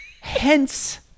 Hence